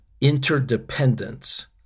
interdependence